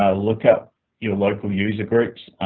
ah look up your local user groups.